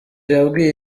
yabwiye